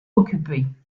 occupés